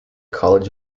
college